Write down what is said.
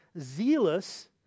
zealous